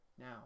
Now